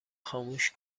خاموش